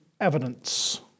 evidence